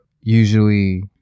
usually